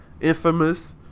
Infamous